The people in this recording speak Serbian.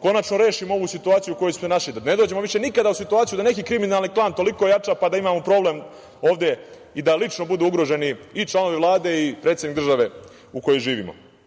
konačno rešimo ovu situaciju u kojoj smo se našli, da ne dođemo više nikada u situaciju da neki kriminalni klan toliko ojača, pa da imamo problem ovde i da lično budu ugroženi članovi Vlade i predsednik države u kojoj živimo. Još